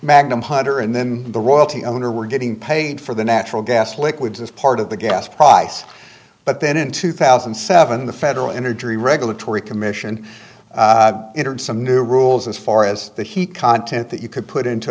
magnum hunter and then the royalty owner were getting paid for the natural gas liquids as part of the gas price but then in two thousand and seven the federal energy regulatory commission some new rules as far as the heat content that you could put into